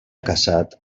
casat